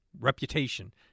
reputation